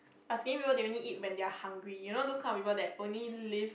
but skinny people they only eat when they are hungry you know those kind of people that only live